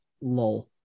lull